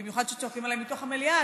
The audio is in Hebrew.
במיוחד כשצועקים עליי מתוך המליאה,